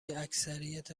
اکثریت